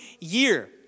year